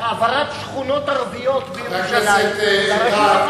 העברת שכונות ערביות בירושלים לרשות הפלסטינית.